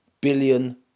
billion